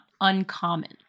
uncommon